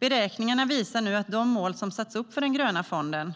Beräkningarna visar att de mål som satts upp för den gröna fonden,